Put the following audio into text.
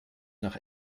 nach